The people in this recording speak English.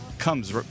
comes